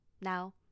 Now